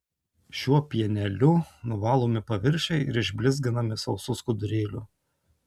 šiuo pieneliu nuvalomi paviršiai ir išblizginami sausu skudurėliu